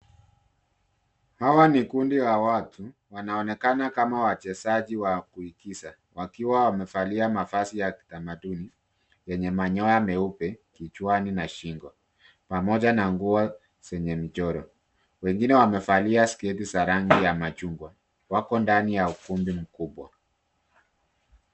Hawa ni kundi ya watu. Wanaonekana kama wachezaji wa kuigiza wakiwa wamevalia mavazi ya kitamaduni, yenye manyoya meupe kichwani na shingo pamoja na nguo zenye michoro. Wengine wamevalia sketi za rangi ya machungwa. Wako ndani ya ukumbi mkubwa.